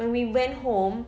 when we went home